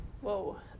whoa